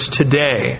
today